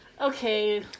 Okay